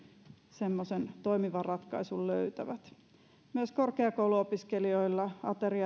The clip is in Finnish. semmoisen toimivan ratkaisun löytävät myös korkeakouluopiskelijoille